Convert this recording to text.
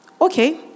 Okay